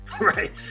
right